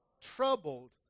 Troubled